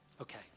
Okay